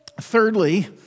Thirdly